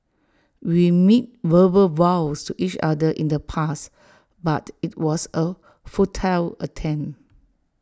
we made verbal vows to each other in the past but IT was A futile attempt